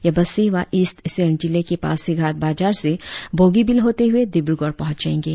यह बस सेवा ईस्ट सियांग जिले के पासीघाट बाजार से बोगीबिल होते हुए डिब्रगड़ पहुंचेंगे